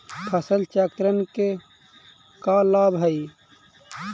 फसल चक्रण के का लाभ हई?